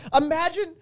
imagine